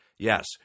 Yes